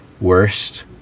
worst